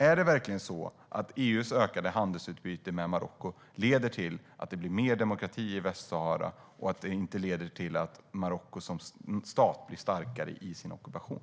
Är det verkligen så att EU:s ökade handelsutbyte med Marocko leder till att det blir mer demokrati i Västsahara och att det inte leder till att Marocko som stat blir starkare i sin ockupation?